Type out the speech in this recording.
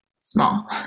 small